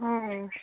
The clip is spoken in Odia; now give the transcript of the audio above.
ହଁ